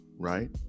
Right